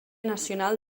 nacional